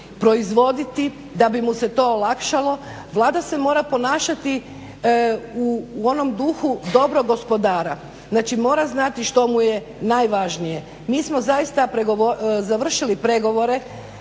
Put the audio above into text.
proizvoditi, da bi mu se to olakšalo Vlada se mora ponašati u onom duhu dobrog gospodara. Znači mora znati što mu je najvažnije. Mi smo zaista završili pregovore,